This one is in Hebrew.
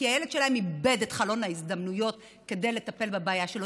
כי הילד איבד את חלון ההזדמנויות כדי לטפל בבעיה שלו.